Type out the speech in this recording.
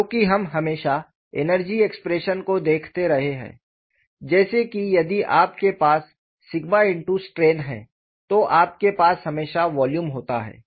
क्योंकि हम हमेशा एनर्जी एक्सप्रेशन को देखते रहे हैं जैसे कि यदि आपके पास strain है तो आपके पास हमेशा वॉल्यूम होता है